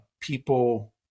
People